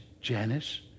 Janice